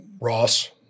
Ross